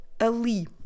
ALI